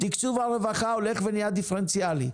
תקצוב הרווחה הולך ונהיה דיפרנציאלי,